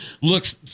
looks